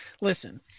listen